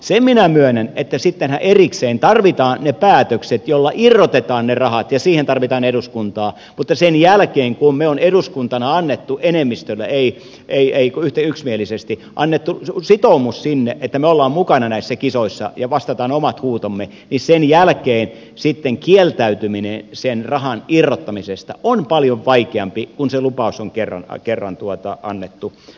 sen minä myönnän että sittenhän erikseen tarvitaan ne päätökset joilla irrotetaan ne rahat ja siihen tarvitaan eduskuntaa mutta sen jälkeen kun me olemme eduskuntana antaneet yksimielisesti sitoumuksen sinne että me olemme mukana näissä kisoissa ja vastaamme omat huutomme kieltäytyminen sen rahan irrottamisesta on paljon vaikeampaa kun se lupaus on kerran annettu